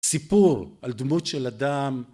סיפור על דמות של אדם